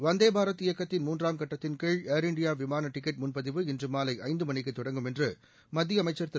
வந்தே பாரத் இயக்கத்தின் மூன்றாம் கட்டத்தின் கீழ் ஏர் இந்தியா விமான டிக்கெட் முன்பதிவு இன்று மாலை ஐந்து மணிக்குத் தொடங்கும் என்று மத்திய அமைச்சர் திரு